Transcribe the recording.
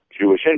Jewish